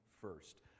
first